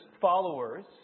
followers